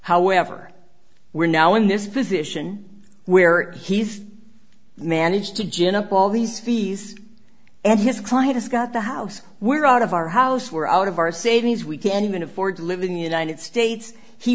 however we're now in this position where he's managed to gin up all these fees and his client has got the house we're out of our house we're out of our savings we can't even afford to live in the united states he